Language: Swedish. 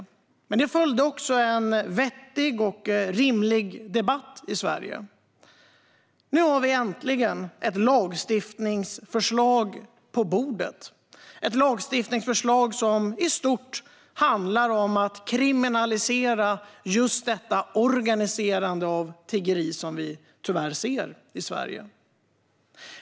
Men på detta följde också en vettig och rimlig debatt. Nu har vi äntligen ett lagstiftningsförslag på bordet, ett förslag som i stort handlar om att kriminalisera just detta organiserande av tiggeri som vi tyvärr ser i Sverige.